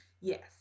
Yes